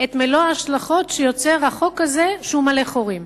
את מלוא ההשלכות שיוצר החוק הזה, שהוא מלא חורים.